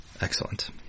Excellent